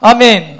Amen